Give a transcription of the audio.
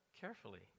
carefully